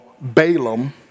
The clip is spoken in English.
Balaam